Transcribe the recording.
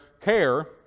care